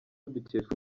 dukesha